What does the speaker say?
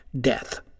death